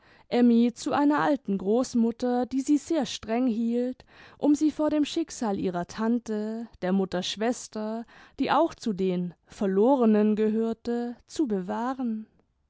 emmy zu einer alten großmutter die sie sehr streng hielt um sie vor dem schicksal ihrer tante der mutter schwester die auch zu den verlorenen gehörte zu bewahren